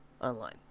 online